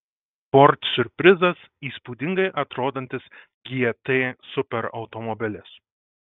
ford siurprizas įspūdingai atrodantis gt superautomobilis